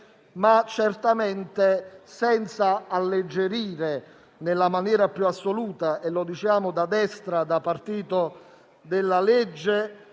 ma certamente senza alleggerire nella maniera più assoluta - e lo diciamo da destra, da partito della legge